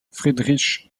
friedrich